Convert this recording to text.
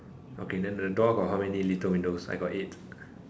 okay then the door got how many little window I got eight